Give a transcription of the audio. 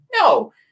No